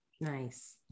nice